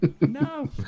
No